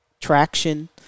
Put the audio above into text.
traction